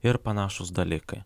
ir panašūs dalykai